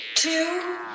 Two